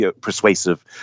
persuasive